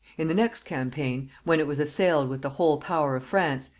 in the next campaign, when it was assailed with the whole power of france,